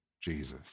Jesus